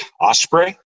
Osprey